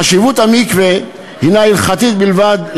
חשיבות המקווה הנה הלכתית בלבד,